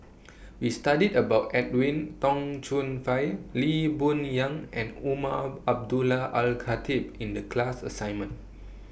We studied about Edwin Tong Chun Fai Lee Boon Yang and Umar Abdullah Al Khatib in The class assignment